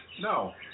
No